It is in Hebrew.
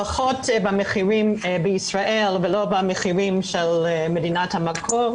לפחות במחירים של ישראל ולא במחירים של מדינת המקור,